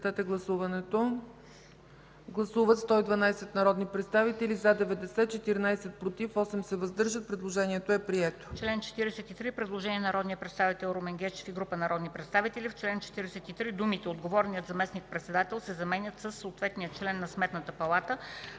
Предложението е прието.